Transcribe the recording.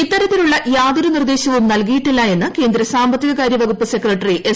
ഇത്തരത്തിലുള്ള യാതൊരു നിർദ്ദേശവും നല്കിയിട്ടില്ല എന്ന് കേന്ദ്ര സാമ്പത്തിക കാര്യ വകുപ്പ് സെക്രട്ടറി എസ്